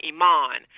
Iman